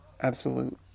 absolute